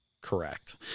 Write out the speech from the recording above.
Correct